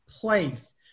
place